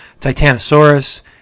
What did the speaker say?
Titanosaurus